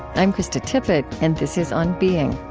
i'm krista tippett. and this is on being,